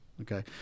Okay